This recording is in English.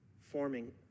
forming